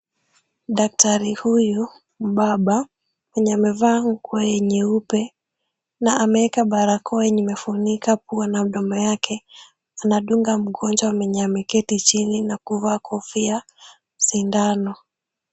Daktari huyu mbaba mwenye amevaa nguo nyeupe na ameeka barakoa yenye imefunika pua na mdomo yake. Anadunga mgonjwa mwenye ameketi chini na kuvaa kofia sindano.